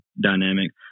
dynamic